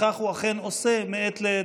ואכן כך הוא עושה מעת לעת.